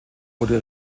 wurde